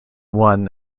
won